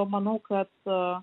manau kad